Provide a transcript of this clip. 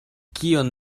kion